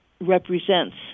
represents